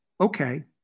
okay